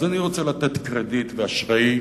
אז אני רוצה לתת קרדיט ואשראי,